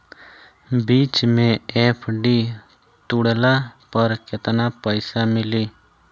बीच मे एफ.डी तुड़ला पर केतना पईसा मिली?